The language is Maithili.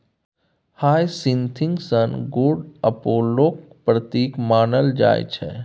हाइसिंथ सन गोड अपोलोक प्रतीक मानल जाइ छै